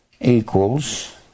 Equals